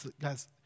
Guys